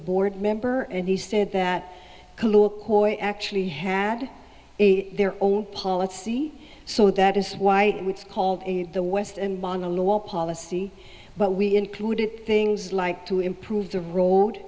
board member and he said that actually had their own policy so that is why it's called the west and policy but we included things like to improve the road